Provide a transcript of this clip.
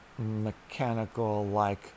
mechanical-like